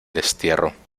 destierro